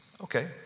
Okay